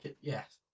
Yes